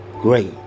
great